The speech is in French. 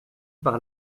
par